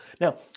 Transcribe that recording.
now